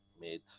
made